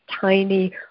tiny